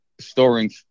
storing